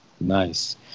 Nice